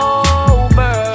over